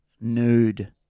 nude